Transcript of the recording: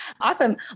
Awesome